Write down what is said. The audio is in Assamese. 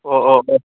অঁ অঁ অঁ